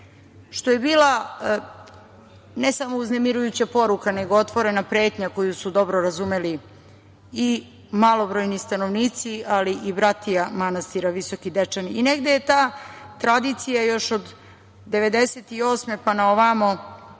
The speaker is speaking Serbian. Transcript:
što je bila ne samo uznemirujuća poruka, nego otvorena pretnja koju su dobro razumeli i malobrojni stanovnici, ali i bratija manastira Visoki Dečani. Negde je ta tradicija još od 1998. godine pa na ovamo